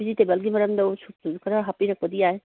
ꯚꯤꯖꯤꯇꯦꯕꯜꯒꯤ ꯃꯔꯝꯗ ꯁꯨꯞꯇꯨꯁꯨ ꯈꯔ ꯍꯥꯞꯄꯤꯔꯛꯄꯗꯤ ꯌꯥꯏ